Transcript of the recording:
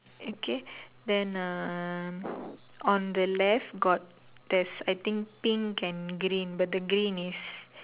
okay then ah on the left got there's I think pink and green but the green is